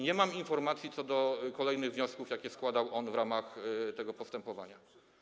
Nie mam informacji na temat kolejnych wniosków, jakie składał on w ramach tego postępowania.